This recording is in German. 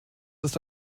ist